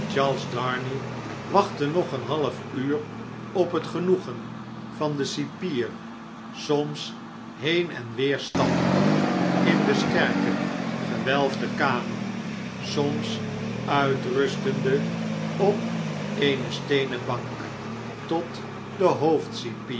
darnay wachtte nog een half uur op het genoegen van den cipier soms heen en weer stappende in de sterke gewelfde kamer soms uitrustende op eene steenen bank tot de